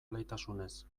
alaitasunez